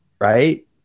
right